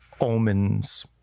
omens